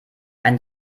ein